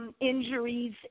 injuries